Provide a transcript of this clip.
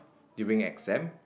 during exam